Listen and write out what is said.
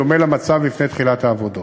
בדומה למצב לפני תחילת העבודות,